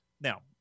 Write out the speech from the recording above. Now